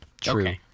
True